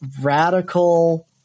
radical